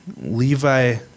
levi